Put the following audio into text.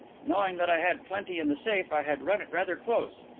knowing that i had plenty in the safe, i had run it rather close.